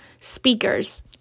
speakers